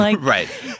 Right